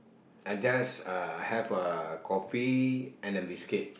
I just uh have a coffee and a biscuit